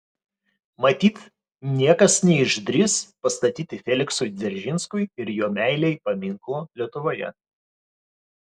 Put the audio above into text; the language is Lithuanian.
matyt niekas neišdrįs pastatyti feliksui dzeržinskiui ir jo meilei paminklo lietuvoje